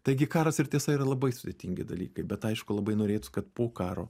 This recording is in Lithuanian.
taigi karas ir tiesa yra labai sudėtingi dalykai bet aišku labai norėtųs kad po karo